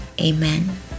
amen